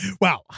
wow